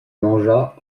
mangea